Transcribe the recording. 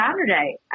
Saturday